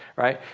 right?